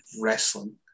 wrestling